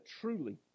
truly